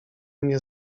mnie